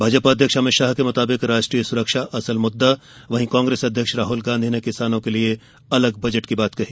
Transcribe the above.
भाजपा अध्यक्ष अमित शाह के मुताबिक राष्ट्रीय सुरक्षा असल मुद्दा वहीं कांग्रेस अध्यक्ष राहुल गांधी ने किसानों के लिए अलग बजट की बात कही